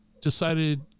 decided